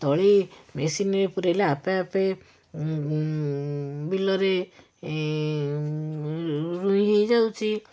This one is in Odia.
ତଳି ମେସିନ୍ରେ ପୂରେଇଲେ ଆପେ ଆପେ ବିଲରେ ଏ ରୁ ରୋଇ ହେଇଯାଉଛି